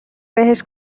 بهش